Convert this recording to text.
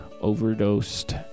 overdosed